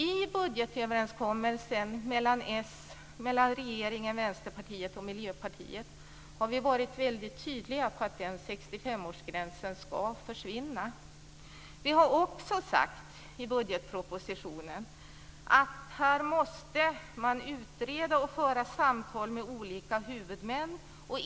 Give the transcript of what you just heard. I budgetöverenskommelsen mellan regeringen, Västerpartiet och Miljöpartiet har vi varit väldigt tydliga på att 65 årsgränsen ska försvinna. Vi har också sagt i budgetpropositionen att här måste man utreda och föra samtal med olika huvudmän.